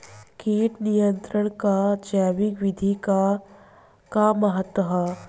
कीट नियंत्रण क जैविक विधि क का महत्व ह?